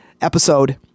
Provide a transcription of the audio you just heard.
episode